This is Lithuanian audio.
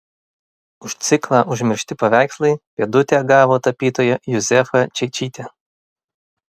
už ciklą užmiršti paveikslai pėdutę gavo tapytoja juzefa čeičytė